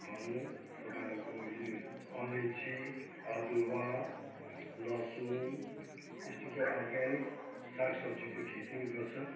भनौँ तपाईँको यी अलैँची अदुवा लसुन यस्तोको अर्ग्यानिक साग सब्जीको खेती पनि गर्छ